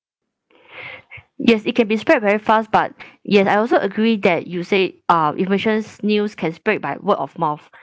yes it can be spread very fast but yes I also agree that you say uh informations news can spread by word of mouth